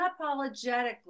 unapologetically